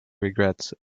regrets